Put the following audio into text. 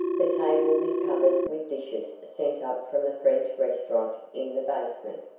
the table was covered with dishes sent up from the french restaurant in the basement.